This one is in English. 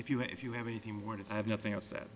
if you if you have anything more to say i have nothing else that